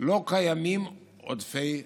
לא קיימים עודפי מועמדים.